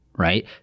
right